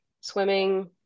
swimming